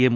M